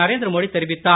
நரேந்திர மோடி தெரிவித்தார்